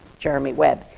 jeremy webb,